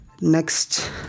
next